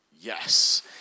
yes